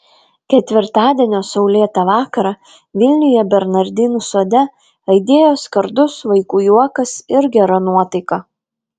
ketvirtadienio saulėtą vakarą vilniuje bernardinų sode aidėjo skardus vaikų juokas ir gera nuotaika